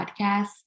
Podcast